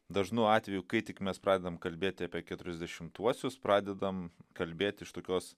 dažnu atveju kai tik mes pradedam kalbėti apie keturiasdešimtuosius pradedam kalbėti iš tokios